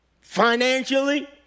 financially